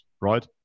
right